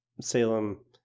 Salem